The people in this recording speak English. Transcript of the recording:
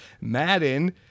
Madden